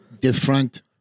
different